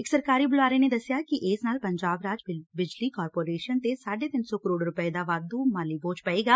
ਇਕ ਸਰਕਾਰੀ ਬੁਲਾਰੇ ਨੇ ਦਸਿਆ ੱਕਿ ਇਸ ਨਾਲ ਪੰਜਾਬ ਰਾਜ ਬਿਜਲੀ ਕਾਰਪੋਰੇਸ਼ਨ ਤੇ ਸਾਢੇ ਤਿੰਨ ਸੌ ਕਰੋੜ ਰੁਪੈ ਦਾ ਵਾਧੂ ਮਾਲੀ ਬੋਝ ਪਏਗਾ